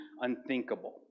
unthinkable